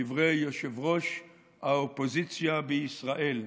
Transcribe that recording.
דברי ראש האופוזיציה בישראל.